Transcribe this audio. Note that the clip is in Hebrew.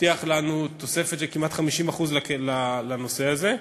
הבטיח לנו תוספת של כמעט 50% לנושא הזה,